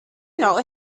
know